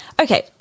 Okay